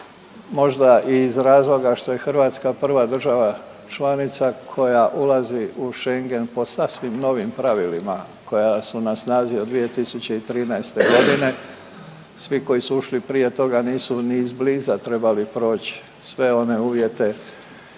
možda i iz razloga što je Hrvatska prva država članica koja ulazi u Schengen po sasvim novim pravilima koja su na snazi od 2013. godine. Svi koji su ušli prije toga nisu ni izbliza trebali proći sve one uvjete